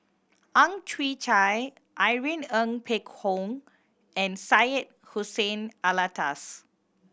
Ang Chwee Chai Irene Ng Phek Hoong and Syed Hussein Alatas